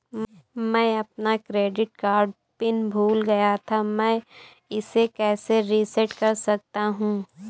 मैं अपना credit card PIN भूल गया था मैं इसे कैसे रीसेट कर सकता हूँ?